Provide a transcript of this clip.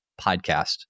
podcast